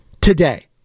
today